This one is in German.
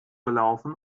gelaufen